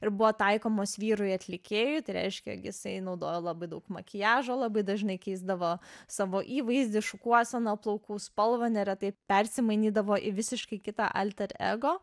ir buvo taikomos vyrui atlikėjui tai reiškia jog jisai naudojo labai daug makiažo labai dažnai keisdavo savo įvaizdį šukuoseną plaukų spalvą neretai persimainydavo į visiškai kitą alter ego